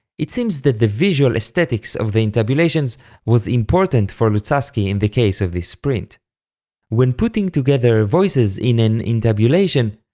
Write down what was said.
it seems that the visual aesthetic of the intabulations was important for luzzaschi in the case of this but when putting together voices in an intabulation,